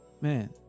man